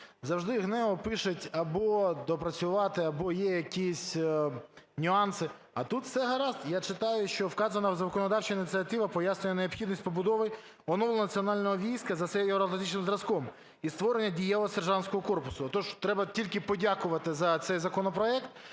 Завжди ГНЕУ пише: або доопрацювати, або є якісь нюанси, - а тут все гаразд. Я читаю, що "вказана законодавча ініціатива пояснюється необхідністю побудови оновленого національного війська за євроатлантичним зразком і створення дієвого сержантського корпусу". Отож, треба тільки подякувати за цей законопроект